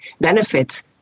benefits